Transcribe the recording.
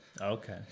okay